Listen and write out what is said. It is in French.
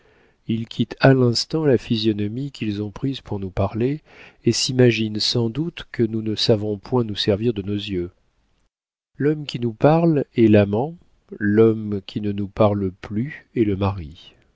ils quittent à l'instant la physionomie qu'ils ont prise pour nous parler et s'imaginent sans doute que nous ne savons point nous servir de nos yeux l'homme qui nous parle est l'amant l'homme qui ne nous parle plus est le mari